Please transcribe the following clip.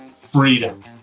freedom